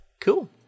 Cool